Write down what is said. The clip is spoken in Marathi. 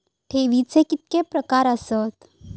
ठेवीचे कितके प्रकार आसत?